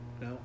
No